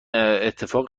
اتفاق